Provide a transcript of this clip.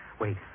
Wait